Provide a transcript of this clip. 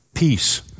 Peace